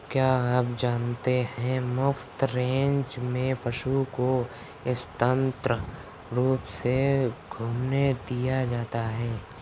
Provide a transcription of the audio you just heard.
क्या आप जानते है मुफ्त रेंज में पशु को स्वतंत्र रूप से घूमने दिया जाता है?